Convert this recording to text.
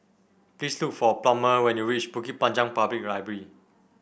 please look for Plummer when you reach Bukit Panjang Public Library